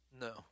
No